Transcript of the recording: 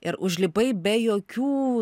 ir užlipai be jokių